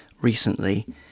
recently